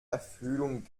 erfüllung